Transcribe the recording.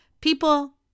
People